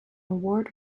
award